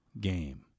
game